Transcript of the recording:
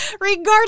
Regardless